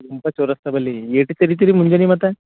ತುಂಬ ಚರೊಸ್ತದಲ್ಲಿ ಏನ್ರಿ ಕಲಿತಿರಿ ಮುಂಜಾನೆ ಮತ್ತು